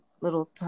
little